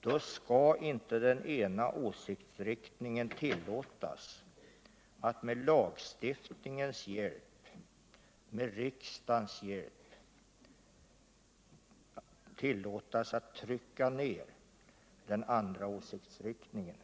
då skall inte den ena åsiktsriktningen med lagstiftningens hjälp, med riksdagens hjälp, tillåtas att trycka ner den andra åsiktsriktningen.